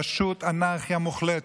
פשוט אנרכיה מוחלטת.